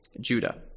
Judah